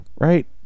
right